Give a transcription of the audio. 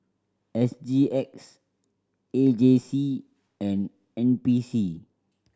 S G X A J C and N P C